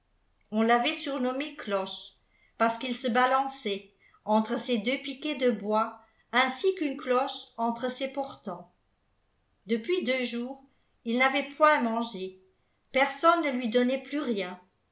on l'avait surnommé cloche parce qu'il se balançait entre ses deux piquets de bois ainsi qu'une cloche entre ses portants depuis deux jours il n'avait point mangé personne ne lui donnait plus rien